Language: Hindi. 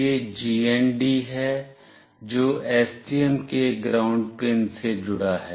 यह जीएनडी है जो STM के ग्राउंड पिन से जुड़ा है